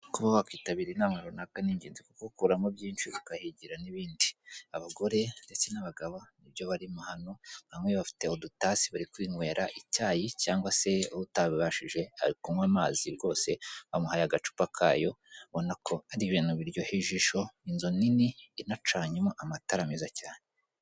Kuba wakitabira inama runaka ni ingenzi kuko ukuramo byinshi ukahigira n'ibindi abagore ndetse n'abagabo nibyo barimo hano; bamwe bafite udutasi bari kwinywera icyayi cyangwa se utabibashije ari kunywa amazi rwose bamuhaye agacupa kayo abona ko ari ibintu biryoheye ijisho inzu nini inacanyemo amatara meza cyane!